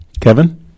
Kevin